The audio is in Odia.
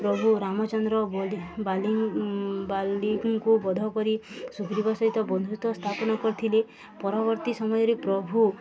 ପ୍ରଭୁ ରାମଚନ୍ଦ୍ର ବଲି ବାଲିଙ୍କୁ ବଧ କରି ସୁଗ୍ରୀବଙ୍କ ସହିତ ବନ୍ଧୁତା ସ୍ଥାପନ କରିଥିଲେ ପରବର୍ତ୍ତୀ ସମୟରେ ପ୍ରଭୁ